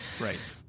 Right